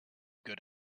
good